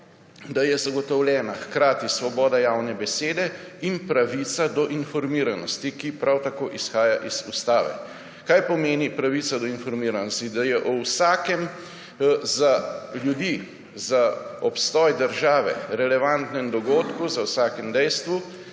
da je zagotovljena hkrati svoboda javne besede in pravica do informiranosti, ki prav tako izhaja iz ustave. Kaj pomeni pravica do informiranosti? Da je o vsakem za ljudi, za obstoj države relevantnem dogodku, za vsakim dejstvom